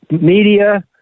media